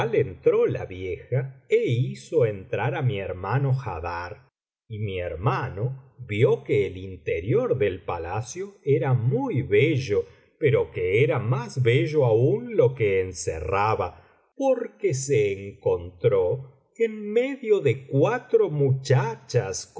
cual entró la vieja é hizo entrar á mi hermano haddar y mi hermano vio que el interior del palacio era muy bello pero que era más bello aún lo que encerraba porque se encontró en medio de cuatro muchachas como